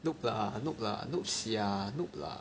noob lah noob lah noob sia noob lah